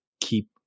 keep